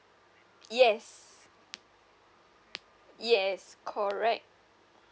yes yes correct